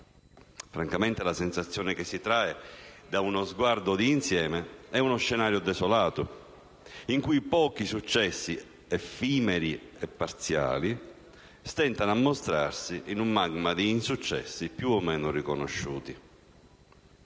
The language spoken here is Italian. Francamente, la sensazione che si trae da uno sguardo d'insieme è uno scenario desolato, in cui pochi successi effimeri e parziali stentano a mostrarsi in un magma di insuccessi più o meno riconosciuti.